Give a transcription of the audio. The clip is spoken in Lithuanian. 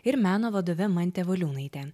ir meno vadove mante valiūnaite